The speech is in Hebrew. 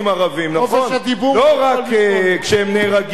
חופש הדיבור, לא רק כשהם נהרגים בידי יהודי.